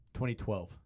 2012